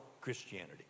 Christianity